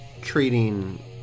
treating